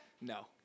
No